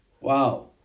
Wow